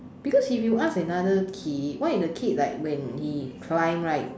because if you ask another kid what if the kid like when he climb right